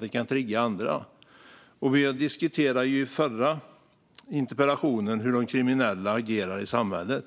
Det kan trigga andra. I den föregående interpellationen diskuterade vi hur kriminella agerar i samhället.